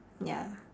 ya